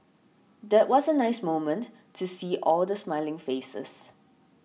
that was a nice moment to see all the smiling faces